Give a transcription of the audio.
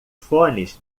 fones